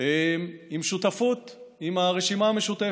עם שותפות עם הרשימה המשותפת.